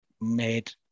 made